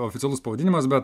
oficialus pavadinimas bet